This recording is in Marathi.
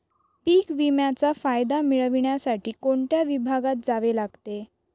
पीक विम्याचा फायदा मिळविण्यासाठी कोणत्या विभागात जावे लागते?